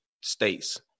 states